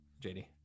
JD